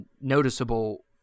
noticeable